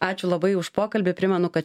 ačiū labai už pokalbį primenu kad